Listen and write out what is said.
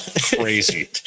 crazy